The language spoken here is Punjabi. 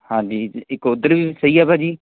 ਹਾਂਜੀ ਇੱਕ ਉੱਧਰ ਵੀ ਸਹੀ ਆ ਭਾਅ ਜੀ